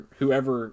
whoever